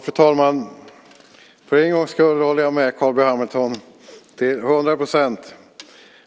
Fru talman! För en gångs skull håller jag med Carl B Hamilton till hundra procent,